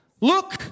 Look